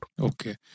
Okay